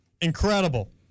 incredible